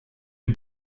you